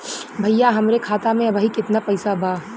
भईया हमरे खाता में अबहीं केतना पैसा बा?